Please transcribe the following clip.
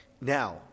Now